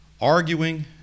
Arguing